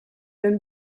minn